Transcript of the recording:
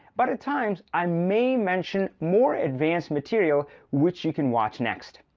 but at times i may mention more advanced material which you can watch next.